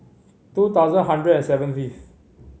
two thousand hundred and seventieth